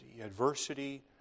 adversity